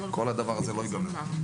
כל הדבר הזה לא ייגמר.